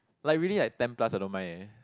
like really like ten plus I don't mind eh